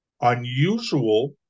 unusual